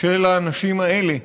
של האנשים האלה.